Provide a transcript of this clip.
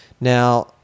Now